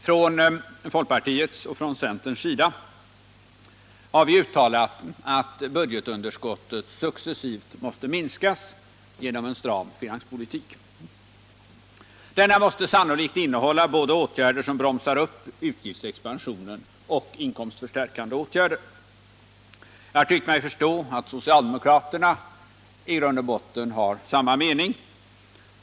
Från folkpartiets och från centerns sida har vi uttalat att budgetunderskot tet successivt måste minskas genom en stramare finanspolitik. Denna måste sannolikt innehålla både åtgärder som bromsar upp utgiftsexpansionen och inkomstförstärkande åtgärder. Jag har tyckt mig förstå att socialdemokraterna i grund och botten har samma mening.